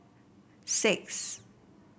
six